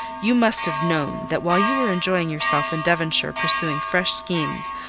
you must have known, that while you were enjoying yourself in devonshire pursuing fresh schemes,